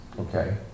Okay